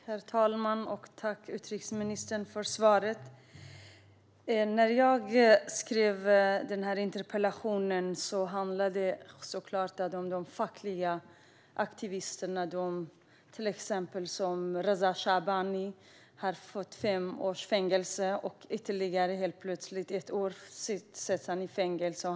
Herr talman! Tack, utrikesministern, för svaret! Interpellationen som jag skrivit handlar såklart om de fackliga aktivisterna, till exempel Reza Shahabi som efter fem års tid i fängelse helt plötsligt dömts till ytterligare ett års fängelse.